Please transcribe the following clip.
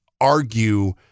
argue